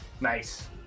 Nice